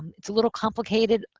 it's a little complicated.